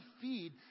feed